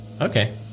Okay